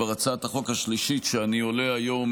זאת הצעת החוק השלישית שבה אני עולה היום